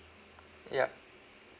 yup